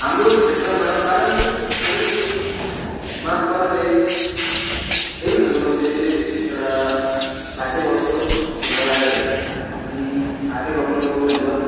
हाम्रो क्षेत्रमा पारम्परिक खेलकुदमा पर्ने खेलहरूमध्ये एउटा लात्तेभकुन्डो फुटबल आइहाल्यो अनि हात्तेभकुन्डो भलिबल